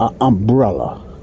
umbrella